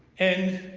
and